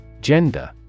Gender